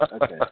okay